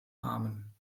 namen